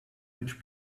which